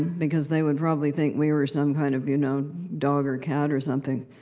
because they would probably think we were some kind of you know dog or cat or something.